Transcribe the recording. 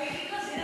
ראיתי שסגן